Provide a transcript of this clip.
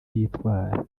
yitwara